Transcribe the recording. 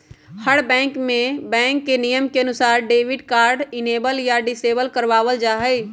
हर bank में bank के नियम के अनुसार डेबिट कार्ड इनेबल या डिसेबल करवा वल जाहई